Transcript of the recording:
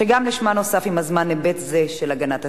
שגם לשמה נוסף עם הזמן היבט זה של הגנת הסביבה.